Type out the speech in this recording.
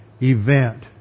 event